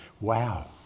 Wow